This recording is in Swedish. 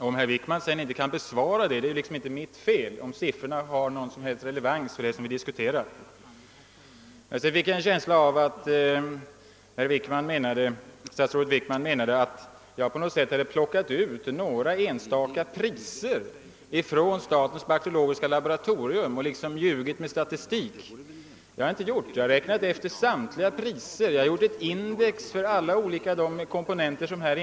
Om herr Wickman sedan inte kan bemöta siffrorna är det liksom inte mitt fel, ifall de har någon som helst relevans för den fråga vi diskuterar. Jag fick en känsla av att statsrådet Wickman menade att jag hade plockat ut några enstaka priser från statens bakteriologiska laboratorium och med hjälp av dessa ljugit med statistik. Det har jag inte gjort. Jag har räknat med samtliga priser och gjort ett index för alla de olika komponenter som ingår.